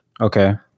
Okay